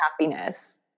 happiness